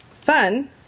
fun